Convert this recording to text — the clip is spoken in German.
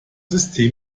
system